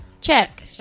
Check